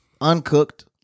uncooked